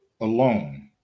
alone